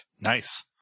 nice